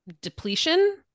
depletion